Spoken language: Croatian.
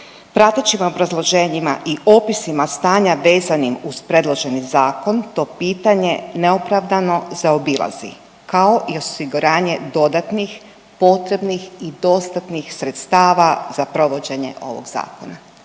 pratećim obrazloženjima i opisima stanja vezanim uz predloženi zakon to pitanje neopravdano zaobilazi, kao i osiguranje dodatnih potrebnih i dostatnih sredstava za provođenje ovog Zakona.